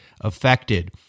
affected